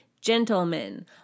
gentlemen